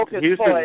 Houston